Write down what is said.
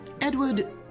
Edward